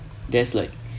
that's like